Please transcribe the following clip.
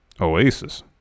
Oasis